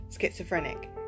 schizophrenic